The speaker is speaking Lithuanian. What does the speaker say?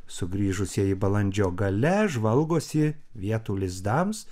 sugrįžusieji balandžio gale žvalgosi vietų lizdams